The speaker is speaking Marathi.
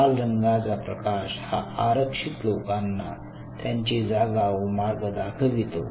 लाल रंगाचा प्रकाश हा आरक्षित लोकांना त्यांची जागा व मार्ग दाखवतो